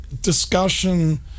discussion